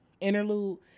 interlude